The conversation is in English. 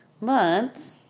months